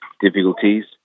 difficulties